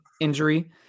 injury